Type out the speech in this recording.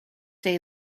day